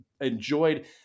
enjoyed